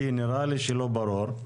כי נראה לי שלא ברור.